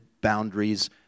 boundaries